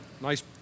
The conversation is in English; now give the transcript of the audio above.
Nice